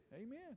Amen